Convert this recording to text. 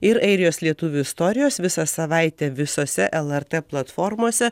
ir airijos lietuvių istorijos visą savaitę visose lrt platformose